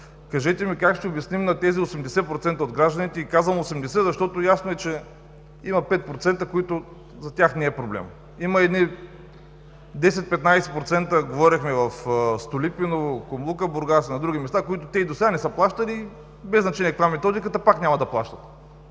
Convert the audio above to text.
кажете ми как ще обясним на тези 80% от гражданите и казвам 80, защото ясно е че има 5%, за които не е проблем, има едни 10-15% в Столипиново, Кумлука Бургас, на други места, които и досега не са плащали, без значение каква е методиката, пак няма да плащат.